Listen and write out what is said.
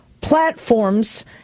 platforms